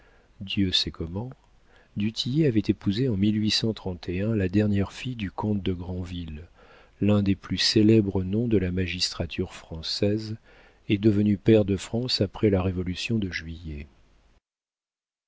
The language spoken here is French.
dieu sait comment du tillet avait épousé en la dernière fille du comte de granville l'un des plus célèbres noms de la magistrature française et devenu pair de france après la révolution de juillet